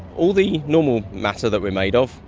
all the normal matter that we're made of,